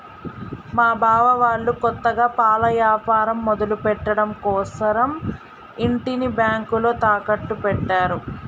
మా బావ వాళ్ళు కొత్తగా పాల యాపారం మొదలుపెట్టడం కోసరం ఇంటిని బ్యేంకులో తాకట్టు పెట్టారు